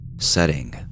Setting